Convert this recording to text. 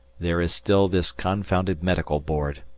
there is still this confounded medical board.